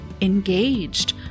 engaged